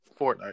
Fortnite